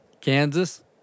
Kansas